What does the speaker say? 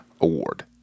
award